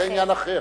זה עניין אחר.